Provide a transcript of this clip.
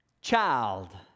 child